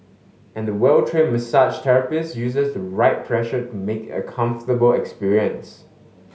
and the well trained massage therapist uses the right pressure to make it a comfortable experience